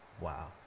wow